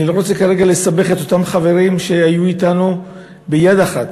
אני לא רוצה כרגע לסבך את אותם חברים שהיו אתנו ביד אחת.